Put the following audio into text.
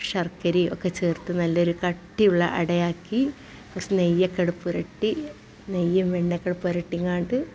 ശർക്കരയൊക്കെ ചേർത്ത് നല്ലൊരു കട്ടിയുള്ള അടയാക്കി കുറച്ച് നെയ്യൊക്കെ അടയില് പൊരട്ടി നെയ്യും വെണ്ണയൊക്കെ പൊരട്ടിങ്ങാണ്ട്